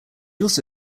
also